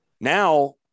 Now